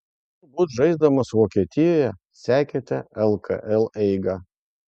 turbūt žaisdamas vokietijoje sekėte lkl eigą